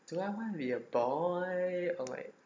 do I want to be a boy or like